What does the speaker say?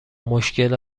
مشکل